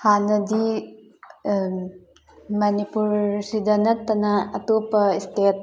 ꯍꯥꯟꯅꯗꯤ ꯃꯅꯤꯄꯨꯔꯁꯤꯗ ꯅꯠꯇꯅ ꯑꯇꯣꯞꯄ ꯁ꯭ꯇꯦꯠ